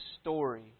story